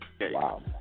Wow